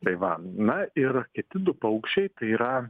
tai va na ir kiti du paukščiai tai yra